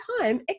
time